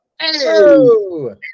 Hello